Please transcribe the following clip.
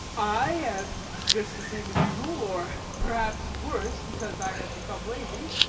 i am just the same as usual, or perhaps worse, because i have become lazy.